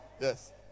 Yes